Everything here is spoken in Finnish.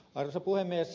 arvoisa puhemies